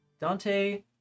Dante